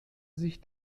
sich